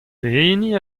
pehini